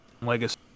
Legacy